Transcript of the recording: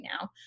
now